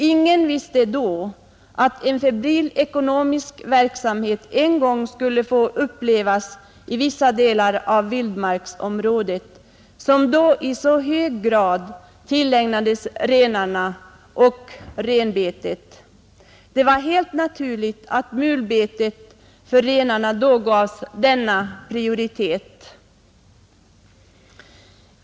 Ingen visste då att en febril ekonomisk verksamhet en gång skulle få upplevas i vissa delar av vildmarksområdet, som vid den tiden i så hög grad tillägnades renarna och renbetet. Det var helt naturligt att mulbetet för renarna då gavs denna prioritet.